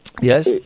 Yes